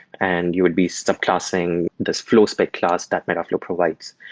and you would be sub-classing this flow step class that metaflow provides.